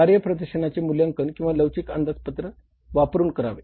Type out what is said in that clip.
कार्यप्रदर्शनाचे मूल्यांकन लवचिक अंदाजपत्रक वापरून करावे